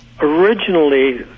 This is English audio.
Originally